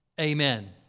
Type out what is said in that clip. Amen